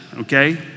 Okay